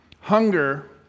hunger